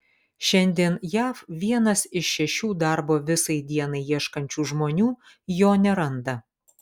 šiandien jav vienas iš šešių darbo visai dienai ieškančių žmonių jo neranda